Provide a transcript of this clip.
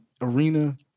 arena